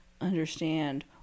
understand